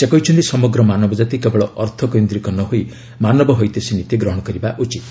ସେ କହିଛନ୍ତି ସମଗ୍ର ମାନବଜାତି କେବଳ ଅର୍ଥକୈନ୍ଦ୍ରିକ ନ ହୋଇ ମାନବ ହୈତେଶୀ ନୀତି ଗ୍ରହଣ କରିବା ଉଚିତ୍